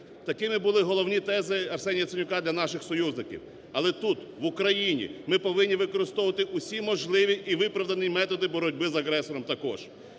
Такими були головні тези Арсенія Яценюка для наших союзників. Але тут, в Україні, ми повинні використовувати усі можливі і виправдані методи боротьби з агресором також.